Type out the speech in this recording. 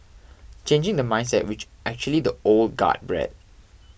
changing the mindset which actually the old guard bred